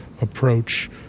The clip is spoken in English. approach